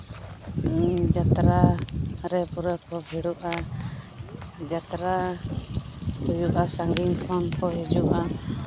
ᱡᱟᱛᱨᱟ ᱨᱮ ᱯᱩᱨᱟᱹ ᱠᱚ ᱵᱷᱤᱲᱚᱜᱼᱟ ᱡᱟᱛᱨᱟ ᱦᱩᱭᱩᱜᱼᱟ ᱥᱟᱺᱜᱤᱧ ᱠᱷᱚᱱ ᱠᱚ ᱦᱤᱡᱩᱜᱼᱟ